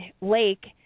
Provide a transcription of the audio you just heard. lake